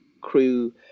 crew